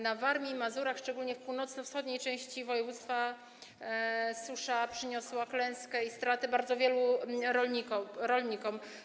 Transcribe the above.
Na Warmii i Mazurach, szczególnie w północno-wschodniej części województwa, susza przyniosła klęskę i straty bardzo wielu rolnikom.